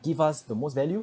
give us the most value